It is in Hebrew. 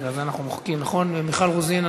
מיכל רוזין.